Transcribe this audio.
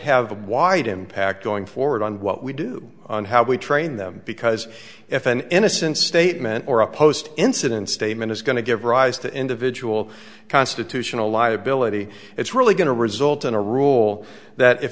have wide impact going forward on what we do and how we train them because if an innocent statement or a post incident statement is going to give rise to individual constitutional liability it's really going to result in a rule that if